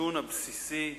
הנתון הבסיסי,